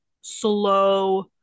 slow